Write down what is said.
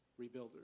rebuilders